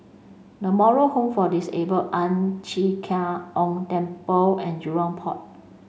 the Moral Home for Disabled Ang Chee Ong Temple and Jurong Port